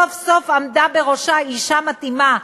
סוף-סוף עמדה בראשה אישה מתאימה,